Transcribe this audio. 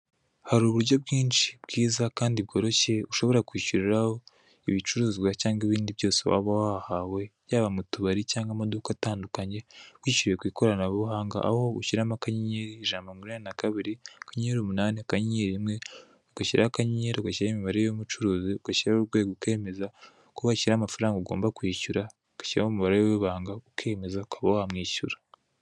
Hari uburyo bwinshi bwiza kandi bworoshye ushobora kwishyuriraho ibicuruzwa cyangwa ibindi byose waba wahawe, byaba mu tubari cyangwa amaduka atandukanye wishyuwe ku ikoranabuhanga, aho ushyiramo *182*8*1*, ugashyiraho imibare y'umucuruzi, ugashyiraho urwego ukemeza ugashyiraho umubare w'amafaranga ugomba kwishyura, ugashyiraho umubare w'ibanga ukemeza kuba wakwishyura.